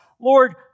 Lord